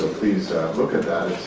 ah please look at that.